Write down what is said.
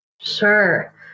Sure